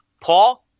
Paul